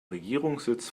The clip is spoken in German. regierungssitz